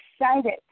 excited